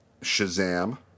Shazam